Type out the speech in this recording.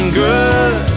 good